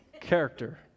Character